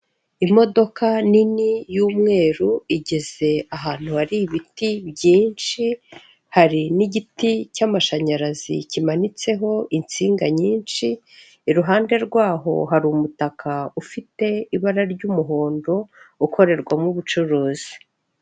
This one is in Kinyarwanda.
Imodoka nini y'umweru igeze ahantu hari ibiti byinshi hari n'igiti cy'amashanyarazi kimanitseho insinga nyinshi, iruhande rwaho hari umutaka ufite ibara ry'umuhondo ukorerwamo ubucuruzi.